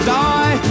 die